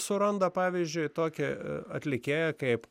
suranda pavyzdžiui tokį atlikėją kaip